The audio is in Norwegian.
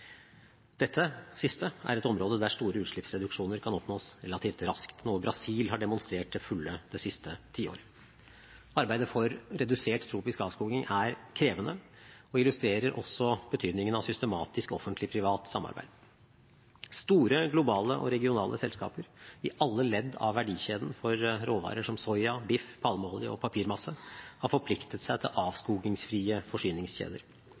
Dette siste er et område der store utslippsreduksjoner kan oppnås relativt raskt, noe Brasil har demonstrert til fulle det siste tiåret. Arbeidet for redusert tropisk avskoging er krevende og illustrerer også betydningen av systematisk offentlig–privat samarbeid. Store globale og regionale selskaper – i alle ledd av verdikjeden for råvarer som soya, biff, palmeolje og papirmasse – har forpliktet seg til avskogingsfrie forsyningskjeder.